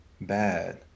bad